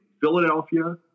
Philadelphia